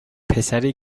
پسری